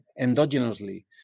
endogenously